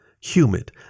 humid